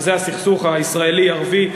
וזה הסכסוך הישראלי ערבי,